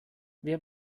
wer